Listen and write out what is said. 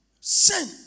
Sin